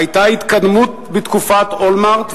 היתה התקדמות בתקופת אולמרט,